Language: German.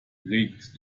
regt